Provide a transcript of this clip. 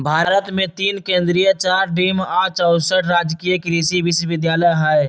भारत मे तीन केन्द्रीय चार डिम्ड आ चौसठ राजकीय कृषि विश्वविद्यालय हई